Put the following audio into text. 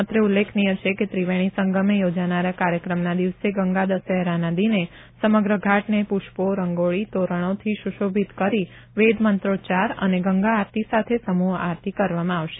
અત્રે ઉલ્લેખનીય છે કે ત્રિવેણી સંગમે યોજાનારા કાર્યક્રમના દિવસે ગંગા દસહેરાના દિને સમગ્ર ઘાટને પુષ્પો રંગોળી તોરણોથી સુશોભિત કરી વેદમંત્રોચ્ચાર અને ગંગા આરતી સાથે સમુહ આરતી કરવામાં આવશે